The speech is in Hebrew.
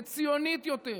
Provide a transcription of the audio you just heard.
לציונית יותר,